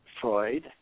Freud